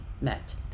met